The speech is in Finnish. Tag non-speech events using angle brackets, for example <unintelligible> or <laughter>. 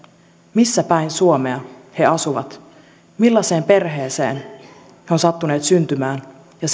missä päin suomea he asuvat millaiseen perheeseen he ovat sattuneet syntymään ja <unintelligible>